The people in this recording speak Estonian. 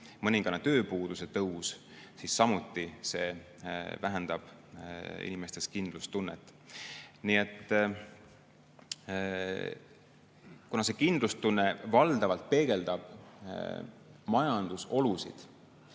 mõningane tööpuuduse tõus, siis see vähendab samuti inimeste kindlustunnet. Kuna kindlustunne valdavalt peegeldab majandusolusid